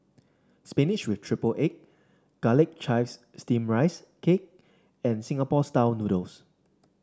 spinach with triple egg Garlic Chives Steamed Rice Cake and Singapore style noodles